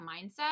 mindset